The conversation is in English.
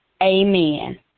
Amen